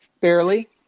barely